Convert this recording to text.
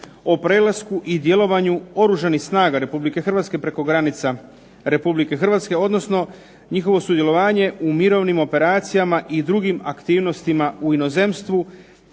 o prelasku i djelovanju Oružanih snaga Republike Hrvatske preko granica Republike Hrvatske odnosno njihovo sudjelovanje u mirovnim operacijama i drugim aktivnostima u inozemstvu